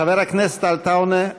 חבר הכנסת עטאונה,